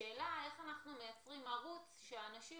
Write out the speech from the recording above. השאלה היא איך אנחנו מייצרים ערוץ שהאנשים